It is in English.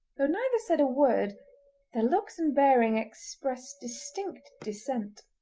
though neither said a word their looks and bearing expressed distinct dissent.